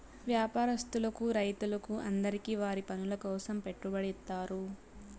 వ్యాపారస్తులకు రైతులకు అందరికీ వారి పనుల కోసం పెట్టుబడి ఇత్తారు